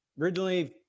originally